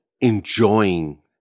enjoying